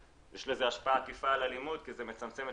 יש לזה השפעה עקיפה על אלימות כי זה מצמצם את